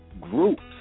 groups